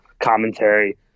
commentary